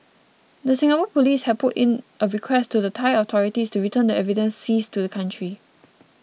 the Singapore police had put in a request to the Thai authorities to return the evidence seized to the country